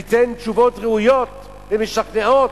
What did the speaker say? ניתן תשובות ראויות ומשכנעות,